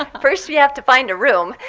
first we have to find a room.